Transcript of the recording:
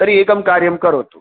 तर्हि एकं कार्यं करोतु